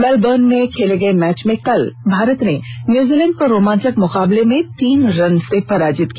Melbourne में खेले गए मैच में कल भारत ने न्यूजीलैंड को रोमांचक मुकाबले में तीन रन से पराजित किया